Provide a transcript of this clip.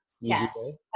Yes